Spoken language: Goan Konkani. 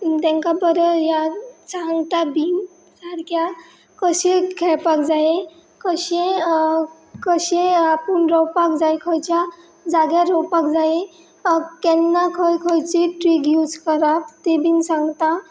तेंकां बरें या सांगता बीन सारक्या कशें खेळपाक जाय कशें कशें आपूण रावपाक जाय खंयच्या जाग्यार रावपाक जाय केन्ना खंय खंयची ट्रीक यूज करप ती बीन सांगता